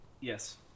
Yes